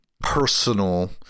personal